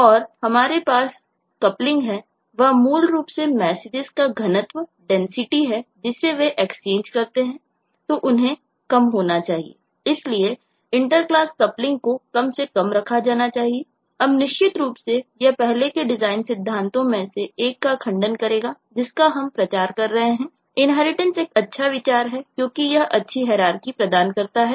और हमारे पास जो कपलिंग प्रदान करता है